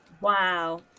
Wow